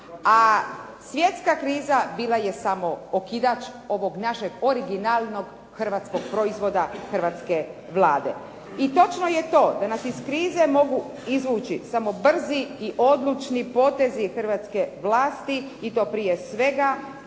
a svjetska kriza bila je samo okidač ovog našeg originalnog hrvatskog proizvoda hrvatske Vlade. I točno je to da nas iz krize mogu izvući samo brzi i odlučni potezi hrvatske vlasti i to prije svega